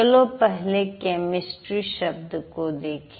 चलो पहले केमिस्ट्री शब्द को देखें